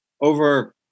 over